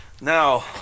Now